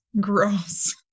Gross